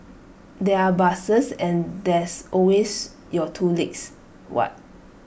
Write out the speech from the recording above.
there are buses and there's always your two legs what